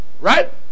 Right